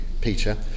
Peter